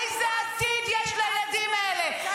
הצבא --- תפסיקו.